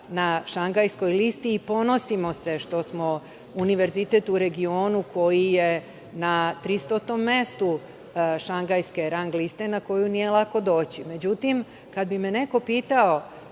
na Šangajskoj listi i ponosimo se što smo univerzitet u regionu koji je na 300 mestu Šangajske rang liste na koju nije lako doći.Međutim, kada bi me neko pitao